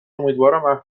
امیدوارم